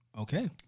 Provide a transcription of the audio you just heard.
Okay